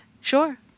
sure